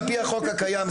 על פי החוק הקיים,